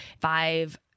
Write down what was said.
five